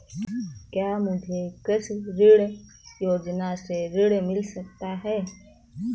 क्या मुझे कृषि ऋण योजना से ऋण मिल सकता है?